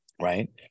right